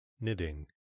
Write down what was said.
knitting